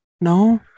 no